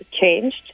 changed